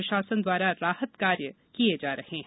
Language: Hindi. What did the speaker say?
प्रशासन द्वारा राहत कार्य किये जा रहे हैं